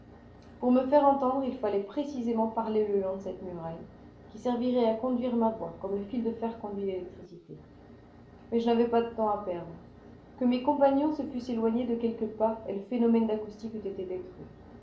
pour me faire entendre il fallait précisément parler le long de cette muraille qui servirait à conduire ma voix comme le fil de fer conduit l'électricité mais je n'avais pas de temps à perdre que mes compagnons se fussent éloignés de quelques pas et le phénomène d'acoustique eût été détruit